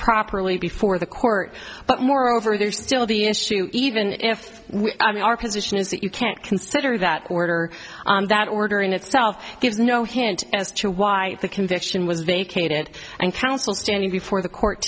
properly before the court but moreover there's still the issue even if we i mean our position is that you can't consider that order that order in itself gives no hint as to why the conviction was vacated and council standing before the court